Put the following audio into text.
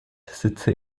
sitze